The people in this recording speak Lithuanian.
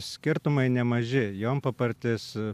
skirtumai nemaži jonpapartis